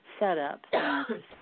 setups